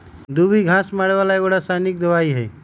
दुभी घास मारे बला एगो रसायनिक दवाइ हइ